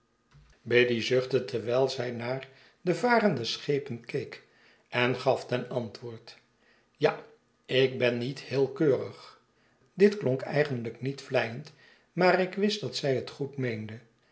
biddy zuchtte terwijl zij naar de varende schepen keek en gai ten antwoord ja ik ben niet heel keurig bit kionk eigeniijk niet vleiend maar ik wist dat zij het goed meende